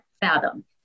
Fathom